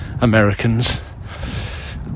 Americans